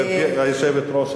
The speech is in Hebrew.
גברתי היושבת-ראש,